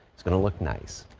it's going to look nice.